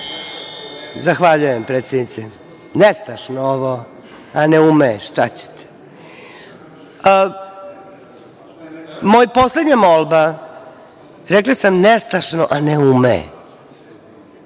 slušajte. Zahvaljujem predsednice. Nestašno ovo, a ne ume, šta ćete? Moja poslednja molba. Rekla sam – nestašno, a ne ume.